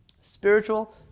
Spiritual